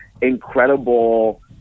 incredible